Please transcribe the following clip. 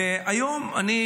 והיום אני,